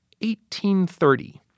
1830